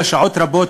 אלא שעות רבות,